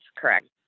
Correct